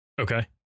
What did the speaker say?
okay